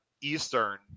eastern